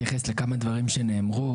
אתייחס לכמה דברים שנאמרו.